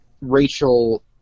Rachel